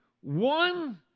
One